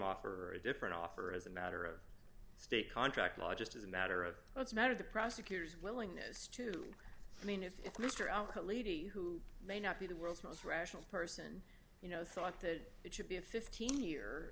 offer a different offer as a matter of state contract law just as a matter of it's a matter of the prosecutor's willingness to i mean if mr alcott lady who may not be the world's most rational person you know thought that it should be a fifteen year